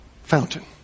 fountain